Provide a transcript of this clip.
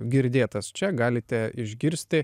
girdėtas čia galite išgirsti